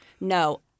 no